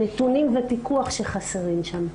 נתונים ופיקוח שחסרים שם.